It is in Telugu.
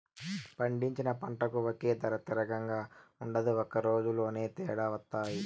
పండించిన పంటకు ఒకే ధర తిరంగా ఉండదు ఒక రోజులోనే తేడా వత్తాయి